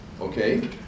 okay